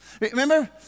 Remember